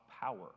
power